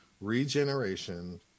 regeneration